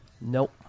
nope